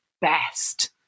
best